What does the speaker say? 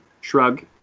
Shrug